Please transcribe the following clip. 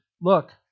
look